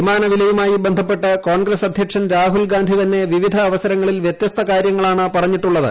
വിമാനവിലയുമായി ബന്ധപ്പെട്ട് കോൺഗ്രസ് അധ്യക്ഷൻ രാഹുൽഗാന്ധി തന്നെ പിപിധ അവസരങ്ങളിൽ വൃതൃസ്ത കാരൃങ്ങളാണ് പറഞ്ഞിട്ടുള്ളത്